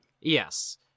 Yes